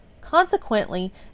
Consequently